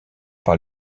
par